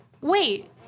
Wait